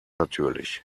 natürlich